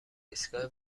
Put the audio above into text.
ایستگاه